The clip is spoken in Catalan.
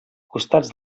costats